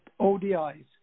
ODIs